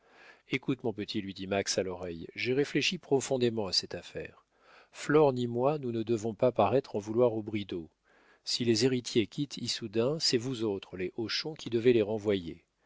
écoute mon petit lui dit max à l'oreille j'ai réfléchi profondément à cette affaire flore ni moi nous ne devons pas paraître en vouloir aux bridau si les héritiers quittent issoudun c'est vous autres les hochon qui devez les renvoyer